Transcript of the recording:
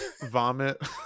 vomit